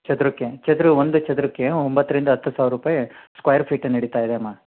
ಚದರಕ್ಕೆ ಚದ್ರ ಒಂದು ಚದರಕ್ಕೆ ಒಂಬತ್ತರಿಂದ ಹತ್ತು ಸಾವಿರ ರೂಪಾಯಿ ಸ್ಕ್ವಾರ್ ಫೀಟ್ ನಡೀತಾ ಇದೆ ಅಮ್ಮ